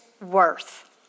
worth